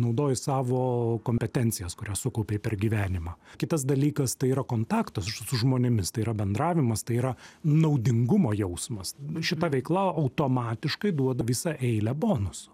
naudoji savo kompetencijas kurias sukaupei per gyvenimą kitas dalykas tai yra kontaktus su žmonėmis tai yra bendravimas tai yra naudingumo jausmas bet šita veikla automatiškai duoda visą eilę bonuso